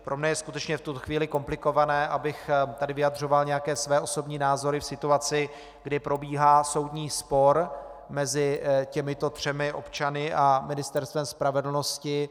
Pro mě je skutečně v tuto chvíli komplikované, abych tady vyjadřoval nějaké své osobní názory v situaci, kdy probíhá soudní spor mezi těmito třemi občany a Ministerstvem spravedlnosti.